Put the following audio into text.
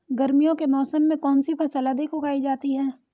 गर्मियों के मौसम में कौन सी फसल अधिक उगाई जाती है?